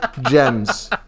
gems